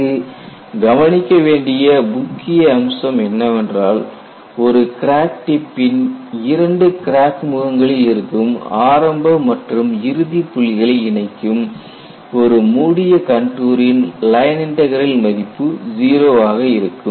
இங்கு கவனிக்க வேண்டிய முக்கிய அம்சம் என்னவென்றால் ஒரு கிராக் டிப்பின் இரண்டு கிராக் முகங்களில் இருக்கும் ஆரம்ப மற்றும் இறுதி புள்ளிகளை இணைக்கும் ஒரு மூடிய கண்டுரின் லைன் இன்டக்ரலின் மதிப்பு 0 ஆக இருக்கும்